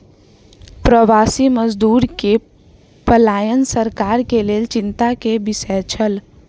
प्रवासी मजदूर के पलायन सरकार के लेल चिंता के विषय छल